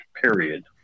period